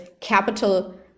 capital